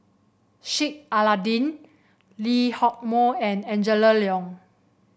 Sheik Alau'ddin Lee Hock Moh and Angela Liong